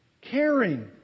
Caring